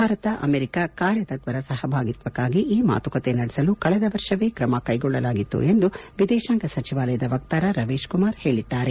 Bharat America ಕಾರ್ಯತತ್ವರ ಸಹಭಾಗಿತ್ವಕ್ಕಾಗಿ ಈ ಮಾತುಕತೆ ನಡೆಸಲು ಕಳೆದ ವರ್ಷವೇ ಕ್ರಮ ಕೈಗೊಳ್ಳಲಾಗಿತ್ತು ಎಂದು ವಿದೇಶಾಂಗ ಸಚಿವಾಲಯದ ವಕ್ತಾರ ರವೀಶ್ ಕುಮಾರ್ ಹೇಳಿದ್ದಾರೆ